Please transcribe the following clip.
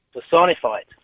personified